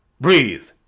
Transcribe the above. breathe